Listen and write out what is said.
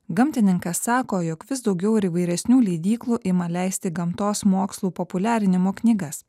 gamtininkas sako jog vis daugiau ir įvairesnių leidyklų ima leisti gamtos mokslų populiarinimo knygas